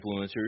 influencers